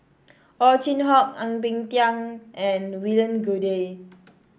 Ow Chin Hock Ang Peng Tiam and William Goode